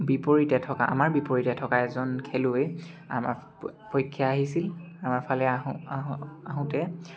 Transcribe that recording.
বিপৰীতে থকা আমাৰ বিপৰীতে থকা এজন খেলুৱৈ আমাৰ পক্ষে আহিছিল আমাৰ ফালে আহোঁ আহোঁ আহোঁতে